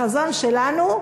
החזון שלנו,